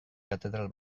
katedral